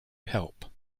help